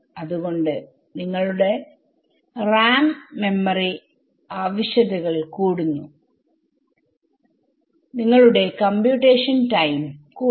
അത്കൊണ്ട് നിങ്ങളുടെ RAMമെമ്മറി ആവശ്യതകൾ കൂടുന്നു നിങ്ങളുടെ കമ്പ്യൂട്ടേഷൻ ടൈം കൂടുന്നു